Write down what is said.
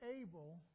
able